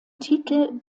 titel